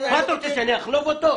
מה אתה רוצה, שאני אחלוב אותו?